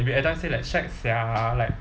we every time say like shag sia like